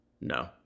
No